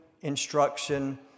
instruction